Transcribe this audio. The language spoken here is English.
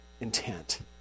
intent